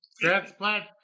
Transplant